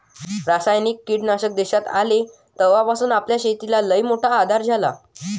रासायनिक कीटकनाशक देशात आले तवापासून आपल्या शेतीले लईमोठा आधार झाला